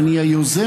ואני אהיה יוזם,